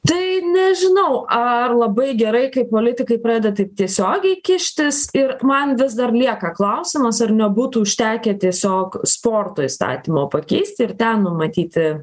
tai nežinau ar labai gerai kai politikai pradeda taip tiesiogiai kištis ir man vis dar lieka klausimas ar nebūtų užtekę tiesiog sporto įstatymo pakeisti ir ten numatyti